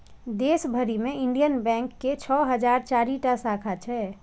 देश भरि मे इंडियन बैंक के छह हजार चारि टा शाखा छै